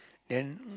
then uh